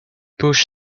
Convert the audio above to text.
push